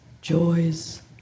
joys